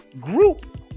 group